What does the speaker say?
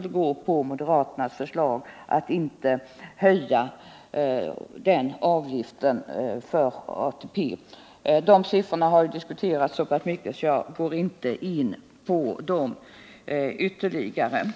följa moderaternas förslag, att inte höja avgiften för ATP, kommer fonden att sjunka ganska kraftigt efter 1985. De siffrorna har dock diskuterats så pass mycket att jag inte skall gå in på dem ytterligare.